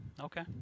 Okay